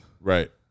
Right